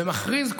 ומכריז,